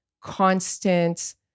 constant